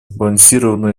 сбалансированную